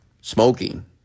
smoking